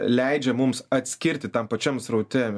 leidžia mums atskirti tam pačiam sraute